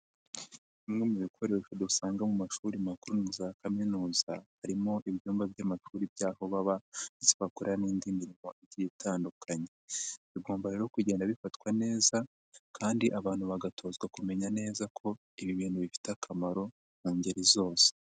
Bimwe mu bikoresho dusanga mu mashuri makuru na za kaminuza harimo ibyumba by'amashuri by'aho baba ndetse bakora n'indi mirimo itandukanye, bigomba rero kugenda bifatwa neza kandi abantu bagatozwa kumenya neza ko ibi bintu bifite akamaro mu ngeri zose.